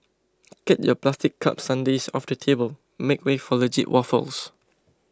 get your plastic cup sundaes off the table make way for legit waffles